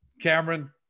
Cameron